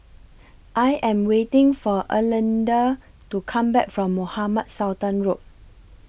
I Am waiting For Erlinda to Come Back from Mohamed Sultan Road